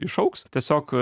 išaugs tiesiog